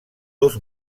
dos